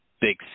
big